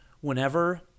whenever